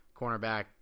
cornerback